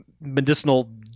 medicinal